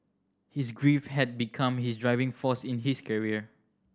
his grief had become his driving force in his career